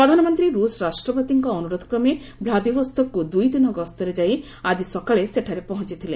ପ୍ରଧାନମନ୍ତ୍ରୀ ରୁଷ୍ ରାଷ୍ଟ୍ରପତିଙ୍କ ଅନୁରୋଧକ୍ରମେ ଭ୍ଲାଦିଭୋସ୍ତକ୍କୁ ଦୁଇ ଦିନ ଗସ୍ତରେ ଯାଇ ଆଜି ସକାଳେ ସେଠାରେ ପହଞ୍ଚଥିଲେ